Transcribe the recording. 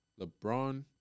LeBron